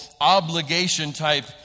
obligation-type